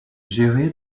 géré